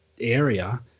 area